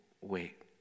wait